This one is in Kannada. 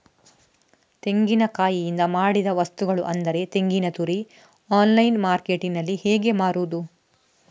ತೆಂಗಿನಕಾಯಿಯಿಂದ ಮಾಡಿದ ವಸ್ತುಗಳು ಅಂದರೆ ತೆಂಗಿನತುರಿ ಆನ್ಲೈನ್ ಮಾರ್ಕೆಟ್ಟಿನಲ್ಲಿ ಹೇಗೆ ಮಾರುದು?